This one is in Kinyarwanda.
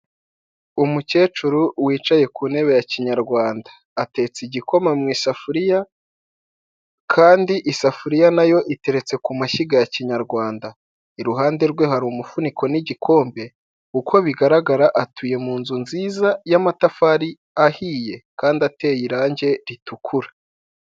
Umukecuru wicaye ku ntebe ya kinyarwanda, atetse igikoma mu isafuriya kandi isafuriya nayo iteretse ku mashyiga ya kinyarwanda, iruhande rwe hari umufuniko n'igikombe, uko bigaragara atuye mu nzu nziza y'amatafari ahiye kandi ateye irangi ritukura.